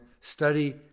study